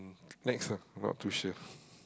next ah I'm not too sure